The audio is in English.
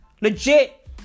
legit